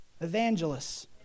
Evangelists